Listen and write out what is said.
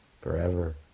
forever